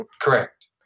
Correct